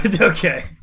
Okay